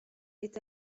est